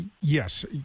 yes